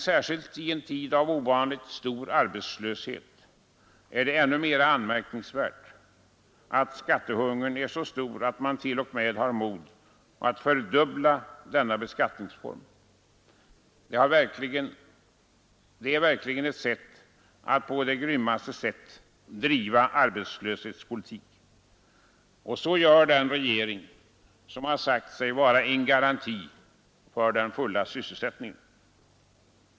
Särskilt i en tid av ovanligt stor arbetslöshet är det anmärknings värt att skattehungern är så stor, att man t.o.m. har mod att fördubbla denna skatt. Det är verkligen att på grymmaste sätt driva arbetslöshetspolitik. Så gör den regering som sagt sig vara en garanti för den fulla sysselsättningen.